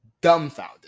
dumbfounded